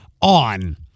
on